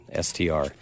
Str